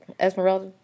Esmeralda